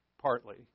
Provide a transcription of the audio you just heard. Partly